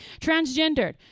Transgendered